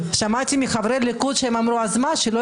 אני אגיד את לוחות-הזמנים ומשם